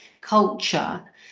culture